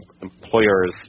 employers